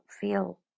feel